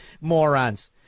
morons